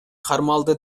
кармалды